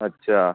अच्छा